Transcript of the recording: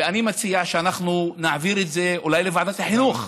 ואני מציע שאנחנו נעביר את זה אולי לוועדת החינוך.